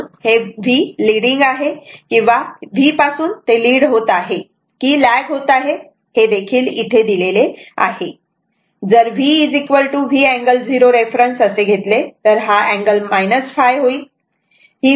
म्हणून हे v leading आहे किंवा या V पासून ते लीड होत आहे की लॅग होत आहे हे देखील इथे लिहिले आहे जर हे v V अँगल 0 रेफरन्स असे घेतले तर हा अँगल ϕ होईल